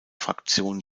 fraktion